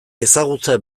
ezagutza